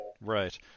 right